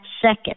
second